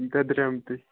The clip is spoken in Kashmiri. دۄدریوٚمتُے